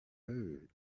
heard